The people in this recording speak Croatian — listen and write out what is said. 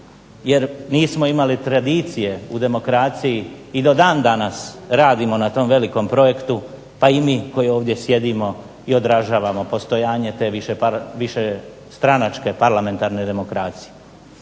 jer nismo imali tradicije u demokraciji i do dan danas radimo na tom velikom projektu pa i mi koji ovdje sjedimo i odražavamo postojanje te višestranačke parlamentarne demokracije.